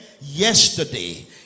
yesterday